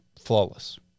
flawless